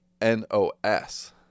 N-O-S